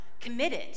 committed